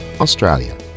Australia